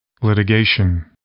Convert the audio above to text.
Litigation